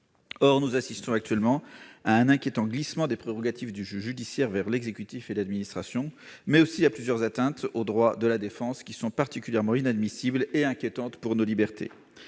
Or nous assistons actuellement à un inquiétant glissement des prérogatives du juge judiciaire vers l'exécutif et l'administration, mais aussi à plusieurs atteintes aux droits de la défense, qui sont particulièrement inadmissibles et inquiétantes pour nos libertés.